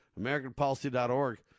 AmericanPolicy.org